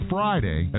Friday